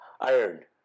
Iron